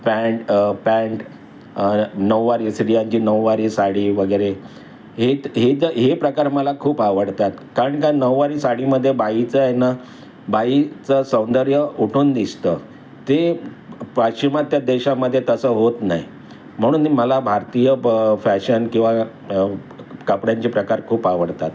pant pant नौवारी सिडियांची नऊवारी साडी वगैरे हे ज हे प्रकार मला खूप आवडतात कारण का नऊवारी साडीमध्ये बाईचं आहे ना बाईचं सौंदर्य उठून दिसतं ते पाश्चिमात्य देशामध्ये तसं होत नाही म्हणून मला भारतीय फॅशन किंवा कपड्यांची प्रकार खूप आवडतात